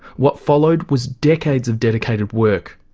what followed was decades of dedicated work,